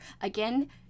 Again